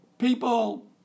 People